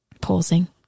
Pausing